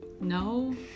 no